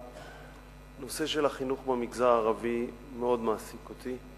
הנושא של החינוך במגזר הערבי מאוד מעסיק אותי.